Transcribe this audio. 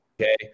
okay